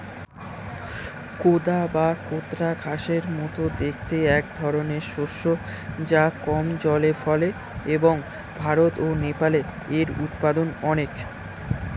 কোদা বা কোদরা ঘাসের মতো দেখতে একধরনের শস্য যা কম জলে ফলে এবং ভারত ও নেপালে এর উৎপাদন অনেক